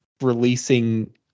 releasing